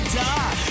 die